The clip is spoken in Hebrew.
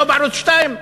לא בערוץ 2,